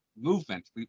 movement